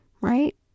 right